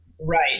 right